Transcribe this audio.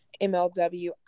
MLW